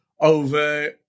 over